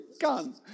gun